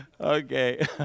Okay